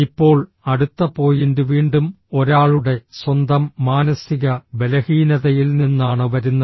ഇപ്പോൾ അടുത്ത പോയിന്റ് വീണ്ടും ഒരാളുടെ സ്വന്തം മാനസിക ബലഹീനതയിൽ നിന്നാണ് വരുന്നത്